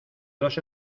dos